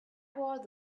was